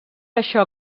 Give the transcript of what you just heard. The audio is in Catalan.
això